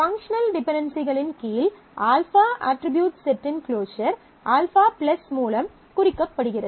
functional டிபென்டென்சிகளின் கீழ் α attribute செட்டின் க்ளோஸர் α மூலம் குறிக்கப்படுகிறது